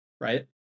right